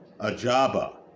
Ajaba